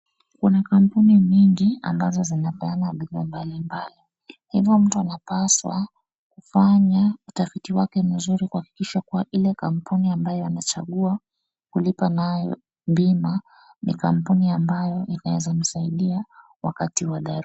Kuna kampuni mingi ambazo zinapeana bidhaa mbalimbali, hivo mtu anapaswa kufanya utafiti wake mzuri kuhakikisha kuwa ile kampuni ambayo amechagua kulipa nayo bima, ni kampuni ambayo inaweza msaidia wakati wa dharura.